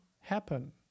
happen